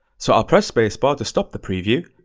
so i'll press space bar to stop the preview.